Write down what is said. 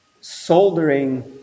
soldering